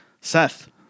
Seth